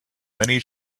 many